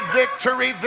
victory